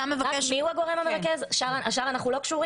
כאשר אתה מבקש --- השאר אנחנו לא קשורים?